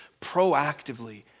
proactively